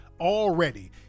Already